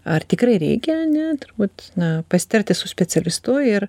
ar tikrai reikia ane turbūt na pasitarti su specialistu ir